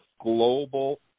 global